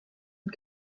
und